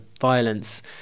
violence